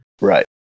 Right